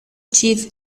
chief